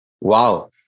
Wow